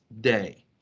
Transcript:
day